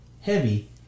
heavy